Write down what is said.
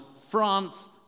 France